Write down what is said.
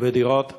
ודירות אין?